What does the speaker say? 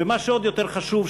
ומה שעוד יותר חשוב,